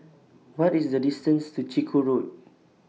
What IS The distance to Chiku Road